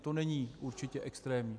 To není určitě extrémní.